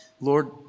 Lord